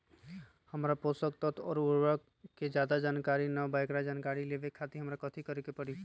हमरा पोषक तत्व और उर्वरक के ज्यादा जानकारी ना बा एकरा जानकारी लेवे के खातिर हमरा कथी करे के पड़ी?